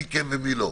מי כן ומי לא.